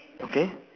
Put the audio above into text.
okay